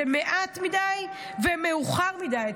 זה מעט מדי ומאוחר מדי.